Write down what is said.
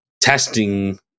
testing